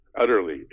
utterly